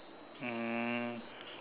um